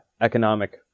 economic